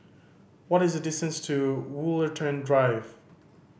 what is the distance to Woollerton Drive